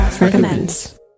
recommends